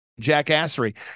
jackassery